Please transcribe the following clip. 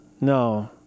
No